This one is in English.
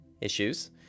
issues